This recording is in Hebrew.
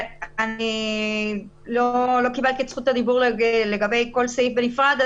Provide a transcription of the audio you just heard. אני לא קיבלתי את זכות הדיבור לגבי כל סעיף בנפרד.